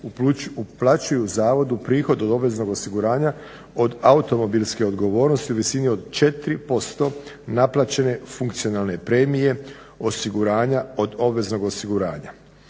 uplaćuju zavodu prihod od obveznog osiguranja od automobilske odgovornosti u visini od 4% naplaćene funkcionalne premije, osiguranja od obveznog osiguranja.